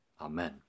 Amen